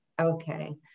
Okay